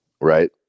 Right